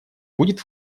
будет